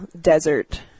desert